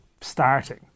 starting